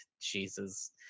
jesus